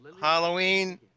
Halloween